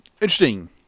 interesting